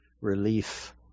relief